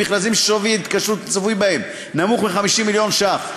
מכרזים ששווי ההתקשרות הצפוי בהם נמוך מ-50 מיליון שקל,